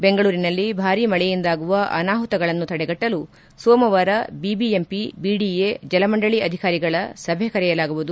ಬೆಂಗಳೂರಿನಲ್ಲಿ ಭಾರಿ ಮಳೆಯುಂದಾಗುವ ಅನಾಹುತಗಳನ್ನು ತಡೆಗಟ್ಟಲು ಸೋಮವಾರ ಬಿಬಿಎಂಪಿ ಬಿಡಿಎ ಜಲಮಂಡಳಿ ಅಧಿಕಾರಿಗಳ ಸಭೆ ಕರೆಯಲಾಗುವುದು